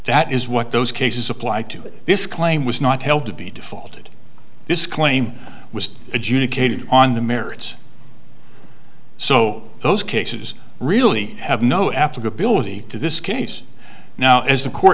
that is what those cases apply to this claim was not held to be defaulted this claim was adjudicated on the merits so those cases really have no applicability to this case now as the co